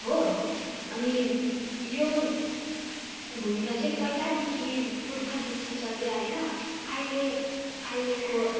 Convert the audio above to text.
हो अनि यो भूमिका चाहिँ पहिलादेखि पुर्खादेखि चल्दै आएर अहिले अहिलेको